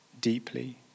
deeply